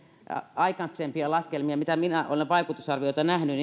aikaisempien laskelmien mukaan mitä minä olen vaikutusarvioita nähnyt